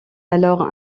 alors